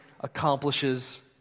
accomplishes